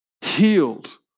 healed